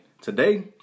Today